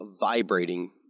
vibrating